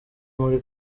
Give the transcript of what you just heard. muri